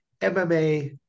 MMA